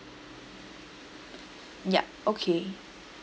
yup okay